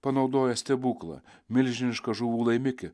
panaudoja stebuklą milžinišką žuvų laimikį